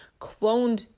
cloned